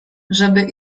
żeby